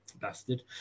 Bastard